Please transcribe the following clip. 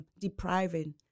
depriving